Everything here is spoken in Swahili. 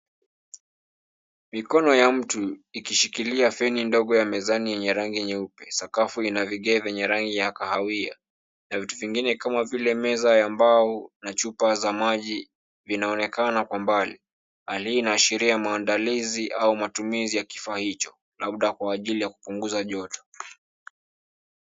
Mikono ya mtu ikishikilia feni ndogo ya mezani yenye rangi nyeupe, sakafu ina vigae venye rangi ya kahawia na vitu vingine kama vie meza ya mbao na chupa za maji vinaonekana kwa mbali. Hali hii inaashiria mwandalizi au matumizi ya kifaa hicho labda kwa ajili ya kupinguza joto.